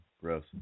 Gross